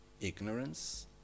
ignorance